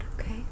okay